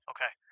Okay